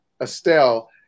Estelle